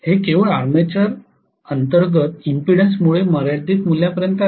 हे केवळ आर्मेचरच्या अंतर्गत इंपीडन्स मुळे मर्यादित मूल्यापर्यंत आहे